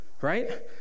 right